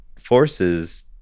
forces